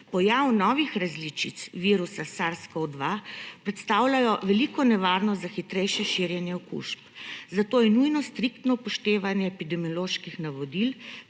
Pojav novih različic virusa SARS-CoV-2 predstavljajo veliko nevarnost za hitrejše širjenje okužb. Zato je nujno striktno upoštevanje epidemioloških navodil,